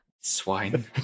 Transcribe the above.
swine